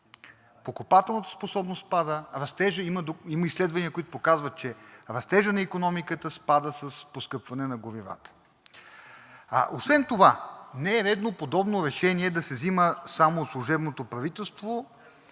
покупателната способност пада. Има изследвания, които показват, че растежът на икономиката спада с поскъпване на горивата. Освен това не е редно подобно решение да се взема само от служебното правителство,